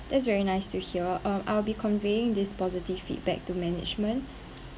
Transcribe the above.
that's very nice to hear um I'll be conveying this positive feedback to management